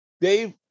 Dave